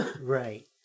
Right